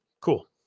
cool